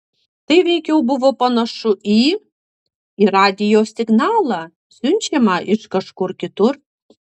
tai veikiau buvo panašu į į radijo signalą siunčiamą iš kažkur kitur